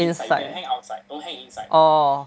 inside orh